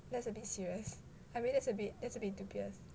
that's a bit serious I mean that's a bit that's a bit dubious